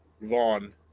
Vaughn